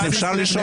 עדיין אפשר לשאול?